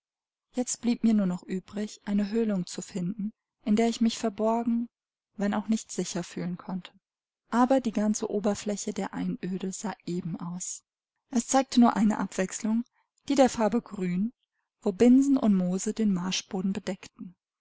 jetzt blieb mir nur noch übrig eine höhlung zu finden in der ich mich verborgen wenn auch nicht sicher fühlen konnte aber die ganze oberfläche der einöde sah eben aus es zeigte nur eine abwechslung die der farbe grün wo binsen und moose den marschboden bedeckten